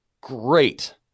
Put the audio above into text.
great